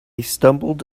stumbled